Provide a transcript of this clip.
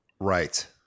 Right